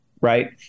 right